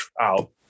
out